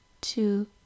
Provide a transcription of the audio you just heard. two